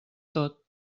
tot